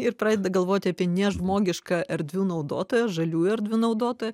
ir pradeda galvoti apie nežmogišką erdvių naudotoją žaliųjų erdvių naudotoją